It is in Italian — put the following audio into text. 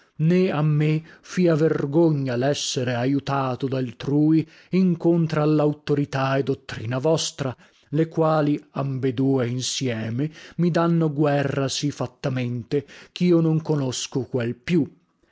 né a me fia vergogna lessere aiutato daltrui incontra allauttorità e dottrina vostra le quali ambedue insieme mi danno guerra sì fattamente chio non conosco qual più